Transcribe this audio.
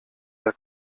der